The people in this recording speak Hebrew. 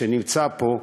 שנמצא פה,